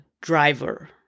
driver